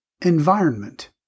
Environment